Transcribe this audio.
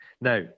now